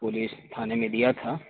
police تھانے میں دیا تھا